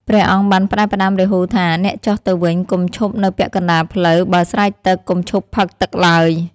ព្រះអង្គបានផ្ដែផ្ដាំរាហូថា "អ្នកចុះទៅវិញ កុំឈប់នៅពាក់កណ្ដាលផ្លូវ បើស្រេកទឹក កុំឈប់ផឹកទឹកឡើយ"។